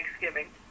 Thanksgiving